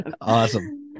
awesome